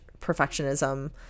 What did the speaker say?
perfectionism